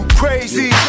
crazy